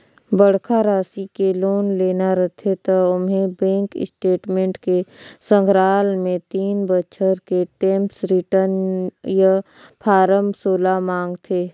बड़खा रासि के लोन लेना रथे त ओम्हें बेंक स्टेटमेंट के संघराल मे तीन बछर के टेम्स रिर्टन य फारम सोला मांगथे